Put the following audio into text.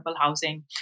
housing